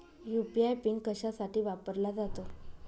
UPI pin कशासाठी वापरला जातो?